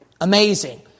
Amazing